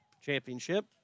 championship